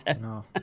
no